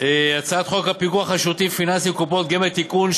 הצעת חוק הפיקוח על שירותים פיננסיים (קופות גמל) (תיקון,